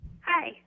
Hi